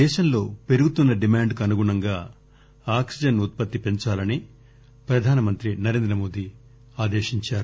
దేశంలో పెరుగుతున్న డిమాండ్ కు అనుగుణంగా ఆక్సిజన్ ఉత్పత్తి పెంచాలని ప్రధానమంత్రి నరేంద్ర మోదీ ఆదేశించారు